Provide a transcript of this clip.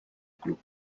club